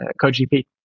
co-GP